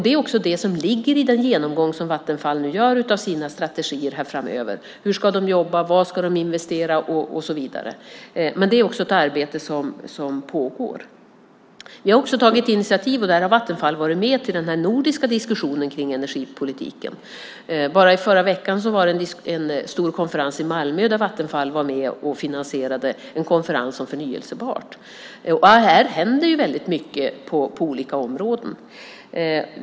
Det är också det som ligger i den genomgång som Vattenfall nu gör av sina strategier här framöver - hur de ska jobba, vad de ska investera i och så vidare. Det är också ett arbete som pågår. Vidare har vi tagit initiativ - Vattenfall har där varit med - till den nordiska diskussionen om energipolitiken. Så sent som förra veckan var det en stor sammankomst i Malmö där Vattenfall var med och finansierade en konferens om det förnybara. Det händer väldigt mycket på olika områden.